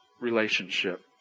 relationship